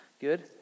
Good